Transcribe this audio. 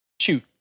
shoot